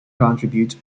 contribute